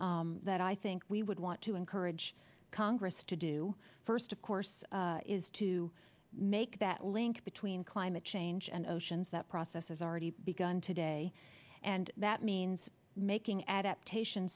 things that i think we would want to encourage congress to do first of course is to make that link between climate change and oceans that process has already begun today and that means making adaptation